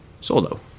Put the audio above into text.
solo